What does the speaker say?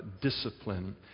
discipline